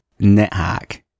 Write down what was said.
NetHack